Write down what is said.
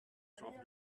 stop